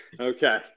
Okay